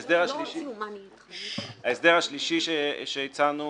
ההסדר השלישי שהצענו